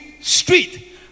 street